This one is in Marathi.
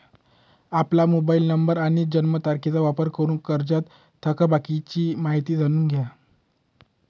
आपला मोबाईल नंबर आणि जन्मतारखेचा वापर करून कर्जत थकबाकीची माहिती जाणून घ्या